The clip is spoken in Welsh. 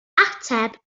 ateb